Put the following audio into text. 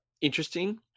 interesting